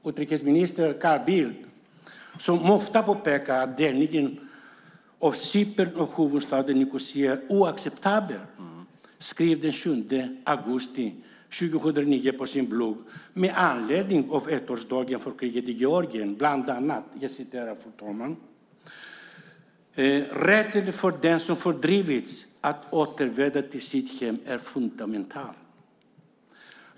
Utrikesminister Carl Bildt, som ofta påpekar att delningen av Cypern och huvudstaden Nicosia är oacceptabel, skrev den 7 augusti 2009 på sin blogg med anledning av ettårsdagen av kriget i Georgien bland annat att rätten för den som fördrivits från sitt hem att återvända är fundamental.